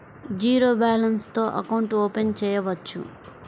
Zero balance తో account open చేయవచ్చు?